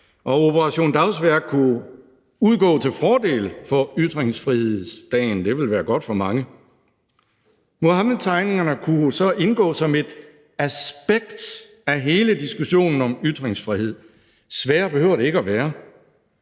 Og Operation Dagsværk kunne udgå til fordel for ytringsfrihedsdagen – det ville være godt for mange. Muhammedtegningerne kunne så indgå som et aspekt af hele diskussionen om ytringsfrihed; sværere behøver det ikke at være.